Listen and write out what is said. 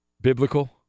Biblical